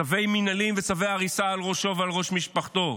צווים מינהליים וצווי הריסה על ראשו ועל ראש משפחתו,